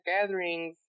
gatherings